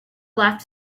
left